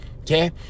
Okay